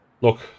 Look